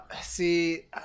see